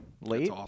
late